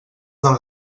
del